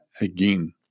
again